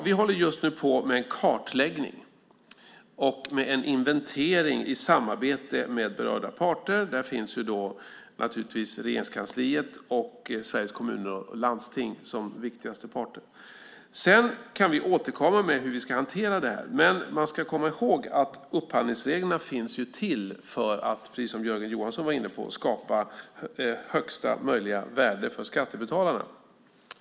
Vi håller just nu på med en kartläggning och en inventering i samarbete med berörda parter. Där finns naturligtvis Regeringskansliet och Sveriges Kommuner och Landsting som viktigaste parter. Vi kan sedan återkomma med hur vi ska hantera det. Men man ska komma ihåg att upphandlingsreglerna finns till, precis som Jörgen Johansson var inne på, för att skapa högsta möjliga värde för skattebetalarna.